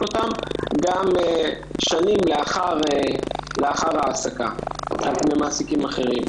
אותן גם שנים לאחר ההעסקה עם התמיכה על פני מעסיקים אחרים.